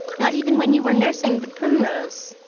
not even when you were nursing the primrose.